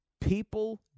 people